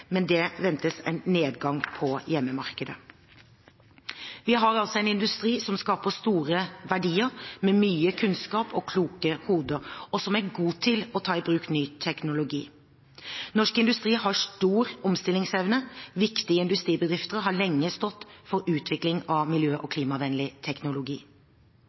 men det ventes en nedgang på hjemmemarkedet. Vi har altså en industri som skaper store verdier, med mye kunnskap og kloke hoder, og som er god til å ta i bruk ny teknologi. Norsk industri har stor omstillingsevne. Viktige industribedrifter har lenge stått for utvikling av miljø- og klimavennlig teknologi.